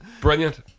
brilliant